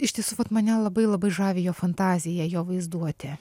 ištisu vat mane labai labai žavi jo fantazija jo vaizduotė